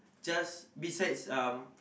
just besides um